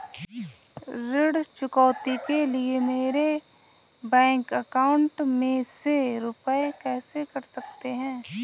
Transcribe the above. ऋण चुकौती के लिए मेरे बैंक अकाउंट में से रुपए कैसे कट सकते हैं?